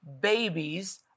babies